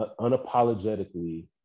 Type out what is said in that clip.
unapologetically